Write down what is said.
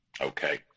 Okay